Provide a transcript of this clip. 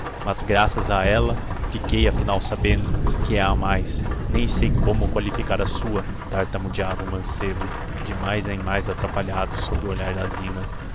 mas graças a ella fiquei afinal sabendo que é a mais nem sei como qualificar a sua tartamudeava o mancêbo de mais em mais atrapalhado sob o olhar da zina